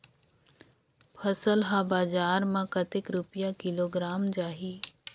फसल ला बजार मां कतेक रुपिया किलोग्राम जाही?